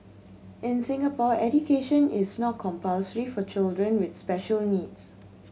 in Singapore education is not compulsory for children with special needs